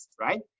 right